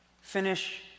Finish